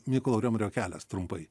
mykolo riomerio kelias trumpai